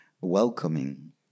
welcoming